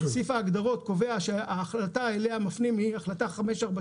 סעיף ההגדרות קובע שההחלטה אליה מפנים היא החלטה 542,